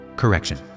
Correction